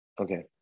Okay